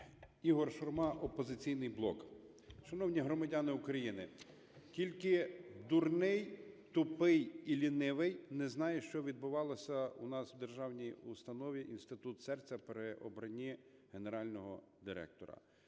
Ігор Шурма, "Опозиційний блок". Шановні громадяни України! Тільки дурний, тупий і лінивий не знає, що відбувалося у нас в державній установі Інститут серця при обранні генерального директора.